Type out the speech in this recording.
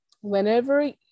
Whenever